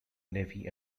navy